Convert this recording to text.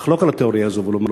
לחלוק על התיאוריה הזאת ולומר: